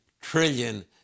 trillion